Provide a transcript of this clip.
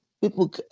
people